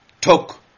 talk